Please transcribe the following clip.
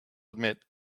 admit